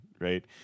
right